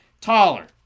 taller